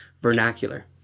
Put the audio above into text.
vernacular